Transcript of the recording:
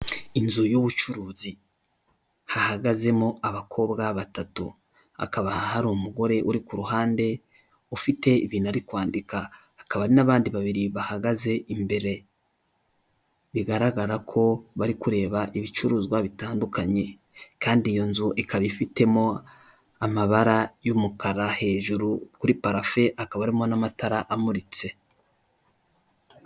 Inzu y'ubucuruzi hahagazemo abakobwa batatu. Hakaba hari umugore uri ku ruhande ufite ibintu ari kwandika, hakaba n'abandi babiri bahagaze imbere. Bigaragara ko bari kureba ibicuruzwa bitandukanye, kandi iyo nzu ikaba ifitemo amabara y'umukara hejuru kuri parafe, akaba arimo n'amatara amuritse.